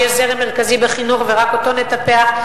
יש זרם מרכזי בחינוך ורק אותו נטפח.